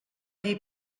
dir